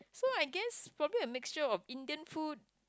so I guess probably a mixture of Indian food